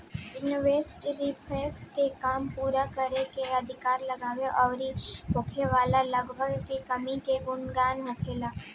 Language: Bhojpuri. इन्वेस्टमेंट रिस्क के काम पूरा करे में अधिक लागत अउरी होखे वाला लाभ के कमी के गणना होला